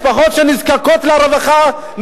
משפחות שנזקקות לרווחה,